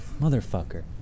Motherfucker